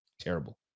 terrible